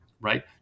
right